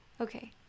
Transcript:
Okay